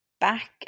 back